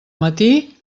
matí